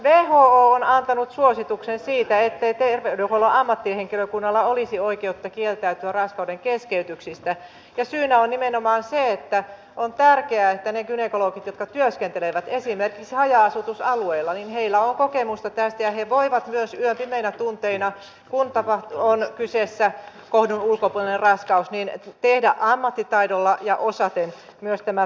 who on antanut suosituksen siitä ettei terveydenhuollon ammattihenkilökunnalla olisi oikeutta kieltäytyä raskaudenkeskeytyksistä ja syynä on nimenomaan se että on tärkeää että niillä gynekologeilla jotka työskentelevät esimerkiksi haja asutusalueella on kokemusta tästä ja he voivat myös yön pimeinä tunteina kun on kyseessä kohdun ulkopuolinen raskaus tehdä ammattitaidolla ja osaten myös tämän toimenpiteen